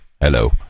Hello